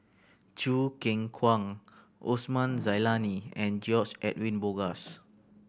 Choo Keng Kwang Osman Zailani and George Edwin Bogaars